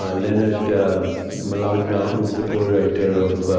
ah leonard um mlodinow, who is the co-writer of.